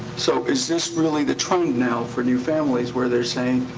so is this really the trend now for new families, where they're saying,